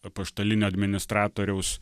apaštalinio administratoriaus